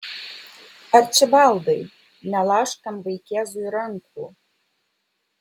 arčibaldai nelaužk tam vaikėzui rankų